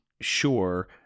sure